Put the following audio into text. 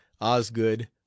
Osgood